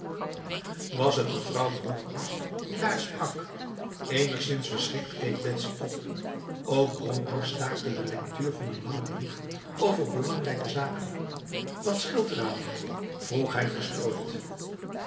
was het mevrouw bronkhorst die daar sprak enigszins verschrikt keek betsy op ook bronkhorst staakte de lectuur van een lange brief over belangrijke zaken wat scheelt eraan vroeg hij verstrooid